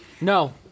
No